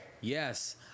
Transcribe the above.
Yes